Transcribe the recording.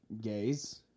gays